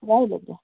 ରହିଲି ଆଜ୍ଞା